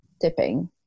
dipping